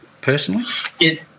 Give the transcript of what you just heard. personally